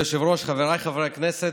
כבוד היושב-ראש, חבריי חברי הכנסת,